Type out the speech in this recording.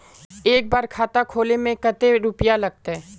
एक बार खाता खोले में कते रुपया लगते?